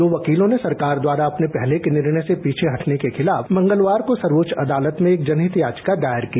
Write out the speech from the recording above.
दो वकीलों ने सरकार द्वारा अपने पहले के निर्णय से पीछे हटने के खिलाफ मंगलवार को सर्वोच्च अदालत मे एक जनहित याविका दायर की